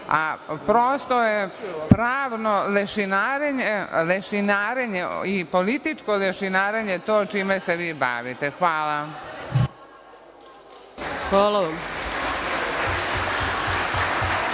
a prosto je pravno leširanje i političko lešinarenje je to čime se vi bavite. Hvala.